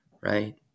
right